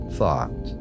thought